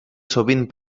sovint